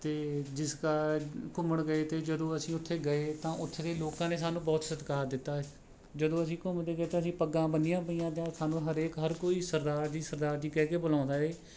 ਅਤੇ ਜਿਸ ਕਾਰ ਘੁੰਮਣ ਗਏ ਤੇ ਜਦੋਂ ਅਸੀਂ ਉੱਥੇ ਗਏ ਤਾਂ ਉੱਥੇ ਦੇ ਲੋਕਾਂ ਨੇ ਸਾਨੂੰ ਬਹੁਤ ਸਤਿਕਾਰ ਦਿੱਤਾ ਜਦੋਂ ਅਸੀਂ ਘੁੰਮਦੇ ਗਏ ਤਾਂ ਅਸੀਂ ਪੱਗਾਂ ਬੰਨ੍ਹੀਆਂ ਪਈਆਂ ਤੀਆ ਸਾਨੂੰ ਹਰੇਕ ਹਰ ਕੋਈ ਸਰਦਾਰ ਜੀ ਸਰਦਾਰ ਜੀ ਕਹਿਕੇ ਬੁਲਾਉਂਦਾ ਹੈ